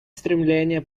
стремление